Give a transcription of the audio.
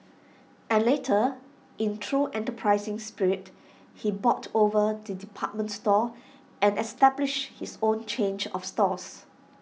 and later in true enterprising spirit he bought over the department store and established his own change of stores